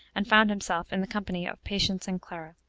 and found himself in the company of patience and clara.